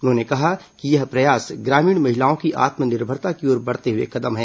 उन्होंने कहा कि यह प्रयास ग्रामीण महिलाओं की आत्मनिर्भरता की ओर बढ़ते हुए कदम हैं